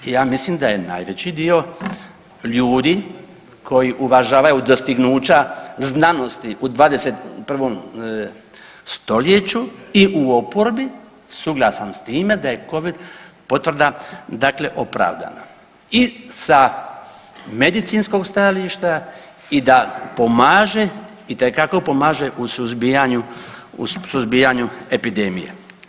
Ja mislim da je najveći dio ljudi koji uvažavaju dostignuća znanosti u 21. stoljeću i u oporbi suglasan s time da je covid potvrda dakle opravdana i sa medicinskog stajališta i da pomaže itekako pomaže u suzbijanju epidemije.